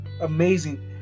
amazing